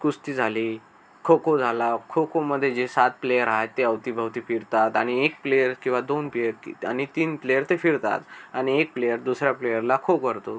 कुस्ती झाली खो खो झाला खो खोमध्ये जे सात प्लेयर आहेत ते अवतीभवती फिरतात आणि एक प्लेयर किंवा दोन पेयर कित आणि तीन प्लेयर ते फिरतात आणि एक प्लेयर दुसऱ्या प्लेयरला खो करतो